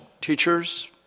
teachers